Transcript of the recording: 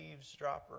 eavesdropper